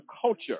culture